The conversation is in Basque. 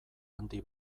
handi